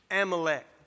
Amalek